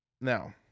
now